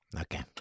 Okay